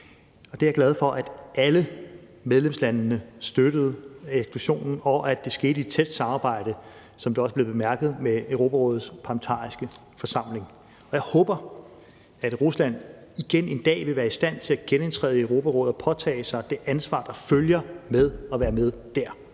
er jeg glad for at alle medlemslandene støttede, og at det skete i et tæt samarbejde, som det også blev bemærket, med Europarådets parlamentariske forsamling. Og jeg håber, at Rusland igen en dag vil være i stand til genindtræde i Europarådet og påtage sig det ansvar, der følger med at være med der.